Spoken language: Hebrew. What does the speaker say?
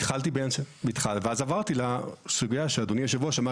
התחלתי ואז עברתי לסוגיה שאדוני יושב הראש אמר,